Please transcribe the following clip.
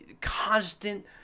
constant